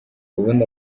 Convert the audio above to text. ubundi